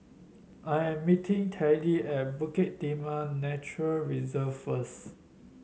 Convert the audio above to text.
I am meeting Teddy at Bukit Timah Nature Reserve first